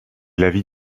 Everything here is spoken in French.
l’avis